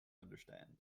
understand